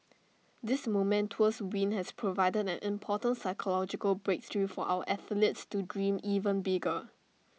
this momentous win has provided an important psychological breakthrough for our athletes to dream even bigger